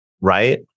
right